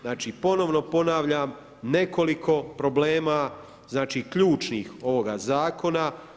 Znači, ponovno ponavljam, nekoliko problema znači ključnih ovoga Zakona.